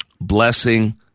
blessing